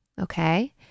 okay